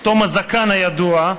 כתום הזקן הידוע,